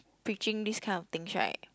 breaching this kind of things right